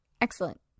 Excellent